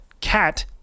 cat